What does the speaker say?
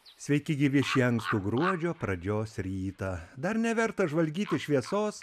sveiki gyvi šį ankstų gruodžio pradžios rytą dar neverta žvalgytis šviesos